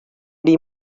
die